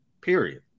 period